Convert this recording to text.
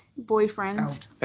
Boyfriend